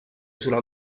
sulla